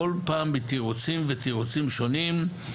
כל פעם בתירוצים ותירוצים שונים,